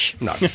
no